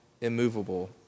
immovable